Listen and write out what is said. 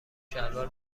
شلوار